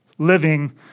living